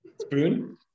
Spoon